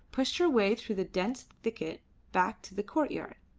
pushed her way through the dense thicket back to the courtyard.